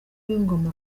w’ingoma